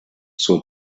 zur